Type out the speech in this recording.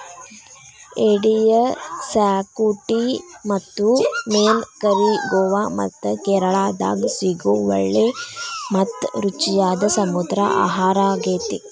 ಏಡಿಯ ಕ್ಸಾಕುಟಿ ಮತ್ತು ಮೇನ್ ಕರಿ ಗೋವಾ ಮತ್ತ ಕೇರಳಾದಾಗ ಸಿಗೋ ಒಳ್ಳೆ ಮತ್ತ ರುಚಿಯಾದ ಸಮುದ್ರ ಆಹಾರಾಗೇತಿ